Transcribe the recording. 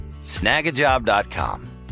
Snagajob.com